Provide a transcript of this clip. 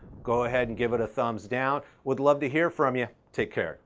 go ahead and give it a thumbs down. we'd love to hear from you, take care.